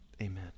Amen